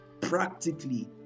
practically